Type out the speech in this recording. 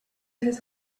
his